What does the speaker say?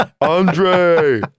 Andre